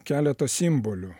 keletą simbolių